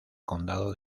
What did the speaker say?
condado